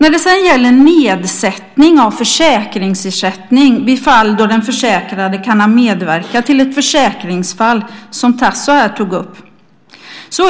När det gäller nedsättning av försäkringsersättning vid fall då den försäkrade kan ha medverkat till ett försäkringsfall, som Tasso här tog upp,